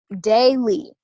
daily